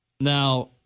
Now